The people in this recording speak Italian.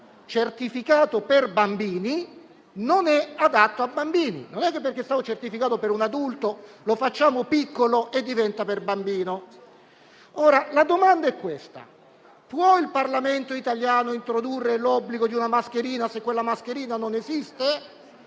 certificato per bambini non è adatto ai bambini; non è che, siccome è stato certificato per un adulto, lo facciamo piccolo e diventa per bambini. Ora, la domanda è questa: può il Parlamento italiano introdurre l'obbligo di una mascherina, se quella mascherina non esiste?